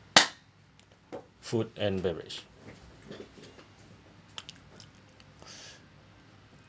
food and beverage